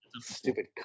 Stupid